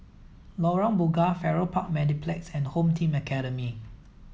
Lorong Bunga Farrer Park Mediplex and Home Team Academy